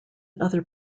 other